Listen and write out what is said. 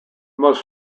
most